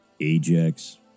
Ajax